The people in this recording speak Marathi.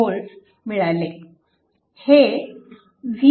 हे VThevenin